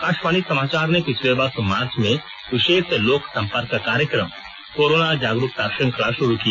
आकाशवाणी समाचार ने पिछले वर्ष मार्च में विशेष लोक संपर्क कार्यक्रम कोरोना जागरुकता श्रंखला शुरू की